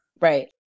Right